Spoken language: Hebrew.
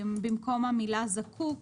במקום המילה "זקוק",